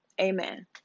amen